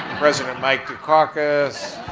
president mike dukakis,